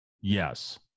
yes